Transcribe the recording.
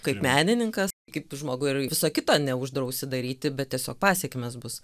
kaip menininkas kaip žmogus ir viso kito neuždrausi daryti bet tiesiog pasekmės bus